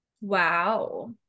Wow